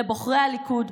לבוחרי הליכוד,